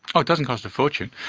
oh, it doesn't cost a fortune,